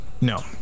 No